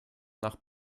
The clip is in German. nach